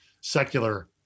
secular